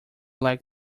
like